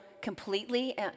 completely